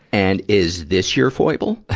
and, is this your foible?